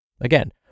Again